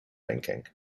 thinking